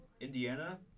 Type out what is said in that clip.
Indiana